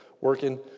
working